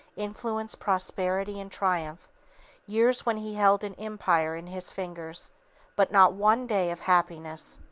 influence, prosperity and triumph years when he held an empire in his fingers but not one day of happiness!